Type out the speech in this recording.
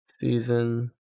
Season